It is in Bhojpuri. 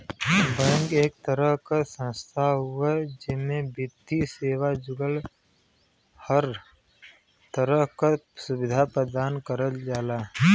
बैंक एक तरह क संस्थान हउवे जेमे वित्तीय सेवा जुड़ल हर तरह क सुविधा प्रदान करल जाला